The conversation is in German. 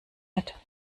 mit